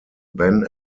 ben